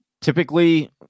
Typically